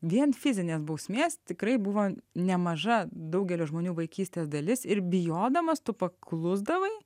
vien fizinės bausmės tikrai buvo nemaža daugelio žmonių vaikystės dalis ir bijodamas tu paklusdavai